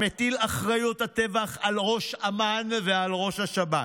המטיל אחריות לטבח על ראש אמ"ן ועל ראש השב"כ,